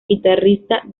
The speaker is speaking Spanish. guitarrista